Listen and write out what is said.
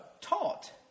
taught